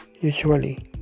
usually